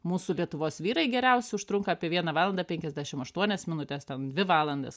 mūsų lietuvos vyrai geriausi užtrunka apie vieną valandą penkiasdešimt aštuonias minutes ten dvi valandas